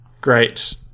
great